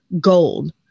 gold